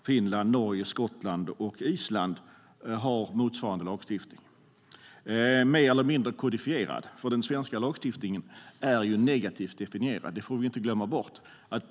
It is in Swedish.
Finland, Norge, Skottland och Island har motsvarande lagstiftning mer eller mindre kodifierad. Den svenska lagstiftningen är negativt definierad. Det får vi inte glömma bort.